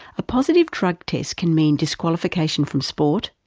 a positive drug test can mean disqualification from sport,